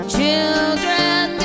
Children